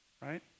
right